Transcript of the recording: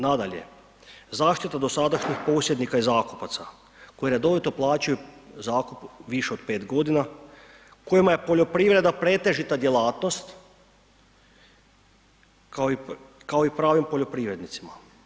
Nadalje, zaštita dosadašnjih posjednika i zakupaca koji redovito plaćaju zakup više od 5.g., kojima je poljoprivreda pretežita djelatnost, kao i pravim poljoprivrednicima.